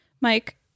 Mike